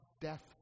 death